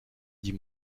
dit